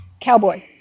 cowboy